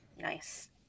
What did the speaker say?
Nice